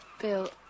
Bill